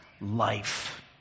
life